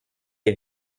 les